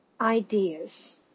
ideas